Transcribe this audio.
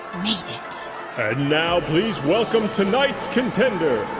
made it and now please welcome tonight's contender